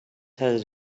has